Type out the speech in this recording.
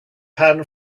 pan